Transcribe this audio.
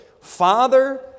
Father